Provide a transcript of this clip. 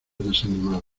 desanimado